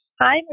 Hi